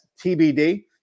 TBD